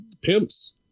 pimps